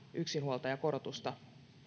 yksinhuoltajakorotusta